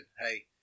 Hey